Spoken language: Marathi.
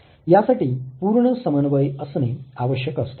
यासाठी पूर्ण समन्वय असणे आवश्यक असते